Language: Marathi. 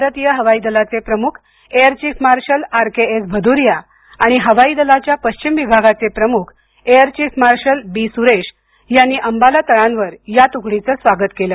भारतीय हवाई दलाचे प्रमुख air chief marshal RKS Bhadauria आणि हवाई दलाच्या पश्चिम विभागाचे प्रमुख air chief marshal B Suresh यांनी अंबाला तळावर या तुकडीचं स्वागत केलं